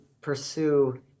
pursue